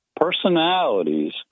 Personalities